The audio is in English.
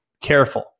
careful